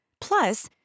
Plus